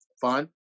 fun